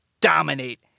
dominate